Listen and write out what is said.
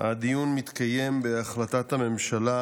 מתקיים הדיון בהחלטת הממשלה